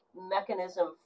mechanism